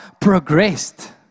progressed